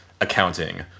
accounting